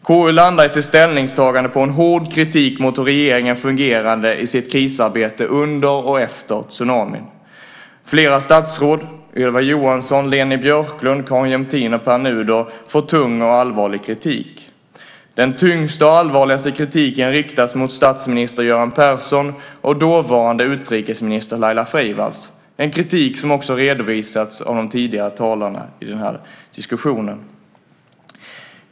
KU landar i sitt ställningstagande på en hård kritik mot hur regeringen fungerade i sitt krisarbete under och efter tsunamin. Flera statsråd - Ylva Johansson, Leni Björklund, Carin Jämtin och Pär Nuder - får tung och allvarlig kritik. Den tyngsta och allvarligaste kritiken riktas mot statsminister Göran Persson och dåvarande utrikesminister Laila Freivalds, en kritik som också redovisats av de tidigare talarna i den här diskussionen.